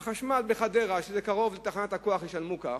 החשמל, בחדרה, שקרובה לתחנת הכוח, ישלמו כך,